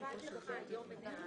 הישיבה ננעלה בשעה